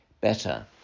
better